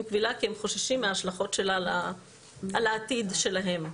קבילה כי הם חוששים מההשלכות שלה על העתיד שלהם.